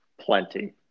Plenty